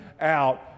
out